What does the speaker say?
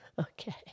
Okay